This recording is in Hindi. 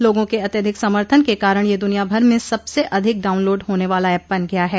लोगों के अत्यधिक समर्थन के कारण यह दुनिया भर में सबसे अधिक डाउनलॉड होने वाला एप बन गया है